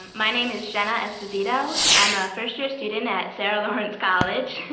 my name is jenna esposito. i'm a first year student at sarah lawrence college.